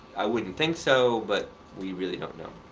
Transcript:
i wouldn't think so, but we really don't know.